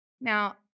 Now